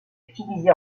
utilisée